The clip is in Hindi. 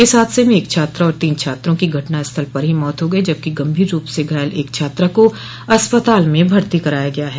इस हादसे में एक छात्रा और तीन छात्रों की घटना स्थल पर ही मौत हो गई जबकि गंभीर रूप से घायल एक छात्रा को अस्पताल में भर्ती कराया गया है